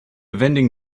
vending